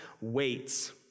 waits